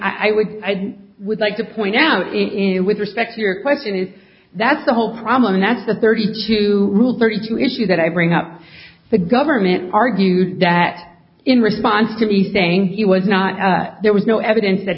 would i would like to point out in with respect to your question and that's the whole problem that's the thirty two rules thirty two issues that i bring up the government argued that in response to be saying he was not there was no evidence that